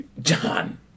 John